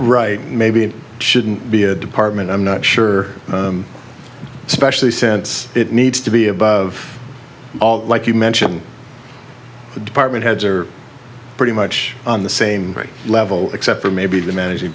right maybe it shouldn't be a department i'm not sure specially since it needs to be above all like you mentioned the department heads are pretty much the same level except for maybe the manag